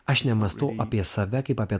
aš nemąstau apie save kaip apie